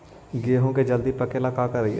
गेहूं के जल्दी पके ल का करियै?